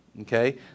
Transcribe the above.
okay